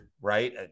right